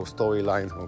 Storyline